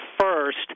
first